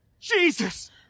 Jesus